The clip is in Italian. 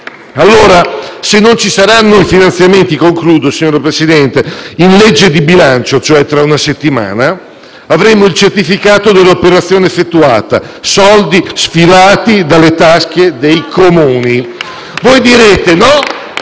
PD)*. Se non ci saranno i finanziamenti in legge di bilancio, cioè tra una settimana, avremo il certificato dell'operazione effettuata: soldi sfilati dalle tasche dei Comuni. Voi direte: